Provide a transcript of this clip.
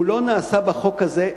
הוא לא נעשה בחוק הזה,